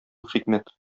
хикмәт